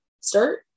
start